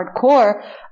hardcore